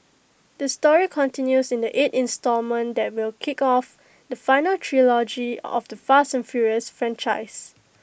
the story continues in the eight instalment that will kick off the final trilogy of the fast and furious franchise